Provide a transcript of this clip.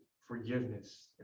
forgiveness